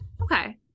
Okay